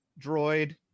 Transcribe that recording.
droid